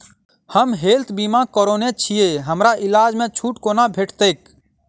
हम हेल्थ बीमा करौने छीयै हमरा इलाज मे छुट कोना भेटतैक?